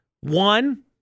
One